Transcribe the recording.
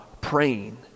praying